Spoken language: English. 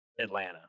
Atlanta